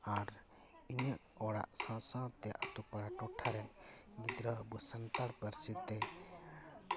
ᱟᱨ ᱤᱧᱟᱹᱜ ᱚᱲᱟᱜ ᱥᱟᱶ ᱥᱟᱶᱛᱮ ᱟᱛᱳ ᱯᱟᱲᱟ ᱴᱚᱴᱷᱟ ᱨᱮᱱ ᱜᱤᱫᱽᱨᱟᱹ ᱟᱵᱚᱱ ᱥᱟᱱᱛᱟᱲ ᱯᱟᱹᱨᱥᱤ ᱛᱮ